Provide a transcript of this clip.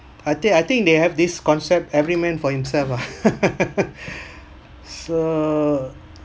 I think I think they have this concept every man for himself ah so